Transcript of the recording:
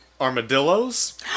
Armadillos